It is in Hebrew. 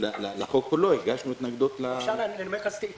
הגשנו התנגדות לחוק כולו.